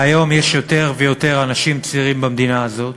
והיום יש יותר ויותר אנשים צעירים במדינה הזאת